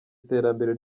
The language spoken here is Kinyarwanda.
iterambere